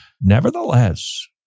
Nevertheless